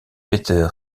peter